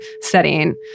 setting